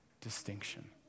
distinction